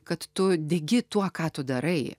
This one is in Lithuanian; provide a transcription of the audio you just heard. kad tu degi tuo ką tu darai